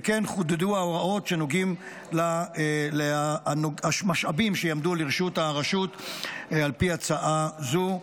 וכן חודדו ההוראות הנוגעות למשאבים שיעמדו לרשות הרשות על פי הצעה זו.